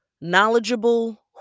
knowledgeable